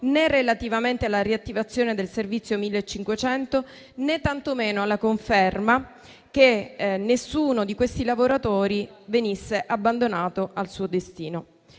né relativamente alla riattivazione del servizio 1500, né tantomeno alla conferma che nessuno di questi lavoratori venisse abbandonato al suo destino.